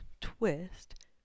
twist